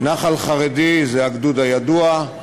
נח"ל חרדי זה הגדוד הידוע,